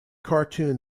cartoon